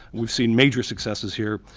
we've seen major successes here.